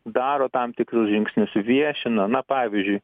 daro tam tikrus žingsnius viešina na pavyzdžiui